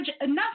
enough